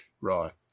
right